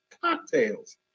cocktails